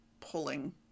pulling